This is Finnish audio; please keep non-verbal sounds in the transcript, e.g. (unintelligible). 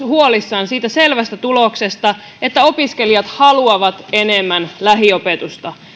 (unintelligible) huolissaan siitä selvästä tuloksesta että opiskelijat haluavat enemmän lähiopetusta